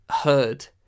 heard